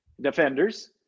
defenders